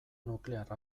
nuklear